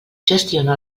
gestiona